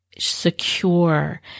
secure